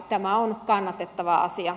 tämä on kannatettava asia